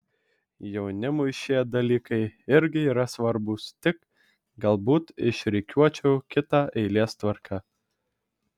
jaunimui šie dalykai irgi yra svarbūs tik galbūt išrikiuočiau kita eilės tvarka